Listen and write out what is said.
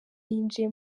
yinjiye